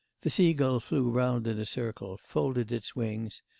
the sea-gull flew round in a circle, folded its wings,